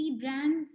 brands